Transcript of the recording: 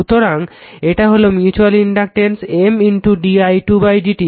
সুতরাং এটা হলো mutual inductance M di2 dt